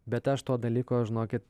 bet aš to dalyko žinokit